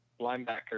linebacker